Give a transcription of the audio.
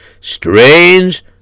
strange